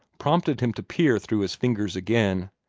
prompted him to peer through his fingers again.